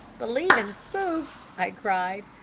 believe in spooks! i cried.